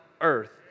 earth